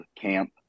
camp